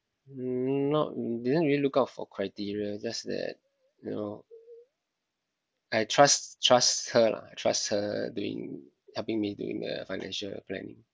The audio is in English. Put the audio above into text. not didn't really look out for criteria just that you know I trust trust her lah trust her doing helping me doing the financial planning